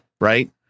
right